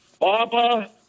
BABA